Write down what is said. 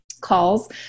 calls